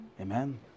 Amen